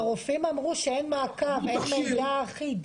אבל רופאים אמרו, שאין מעקב, אין מידע אחיד.